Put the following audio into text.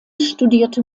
studierte